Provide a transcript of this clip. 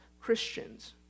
Christians